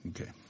Okay